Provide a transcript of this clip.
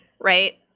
right